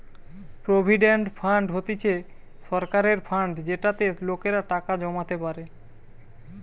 provident fund হতিছে সরকারের fund যেটাতে লোকেরা টাকা জমাতে পারে